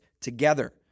together